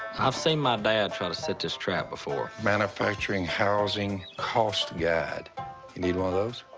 i've seen my dad try to set this trap before. manufacturing housing cost guide. you need one of those?